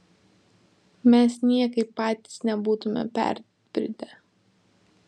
mes niekaip patys nebūtume perbridę